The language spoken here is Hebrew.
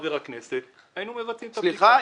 חבר הכנסת גילאון היינו מבצעים את זה --- סליחה,